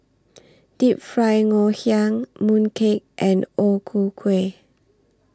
Deep Fried Ngoh Hiang Mooncake and O Ku Kueh